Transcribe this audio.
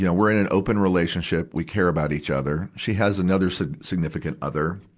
you know we're in an open relationship. we care about each other. she has another sig, significant other.